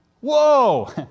Whoa